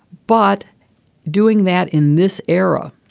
but doing that in this era,